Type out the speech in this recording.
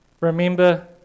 Remember